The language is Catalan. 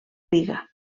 riga